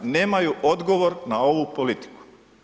Nemaju odgovor na ovu politiku.